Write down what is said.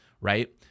right